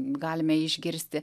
galime išgirsti